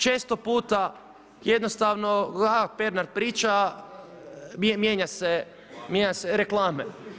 Često puta jednostavno a Pernar priča, mijenja se, reklame.